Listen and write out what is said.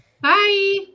Bye